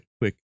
quick